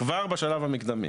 הבנתי.